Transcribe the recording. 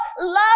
love